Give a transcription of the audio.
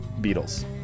Beatles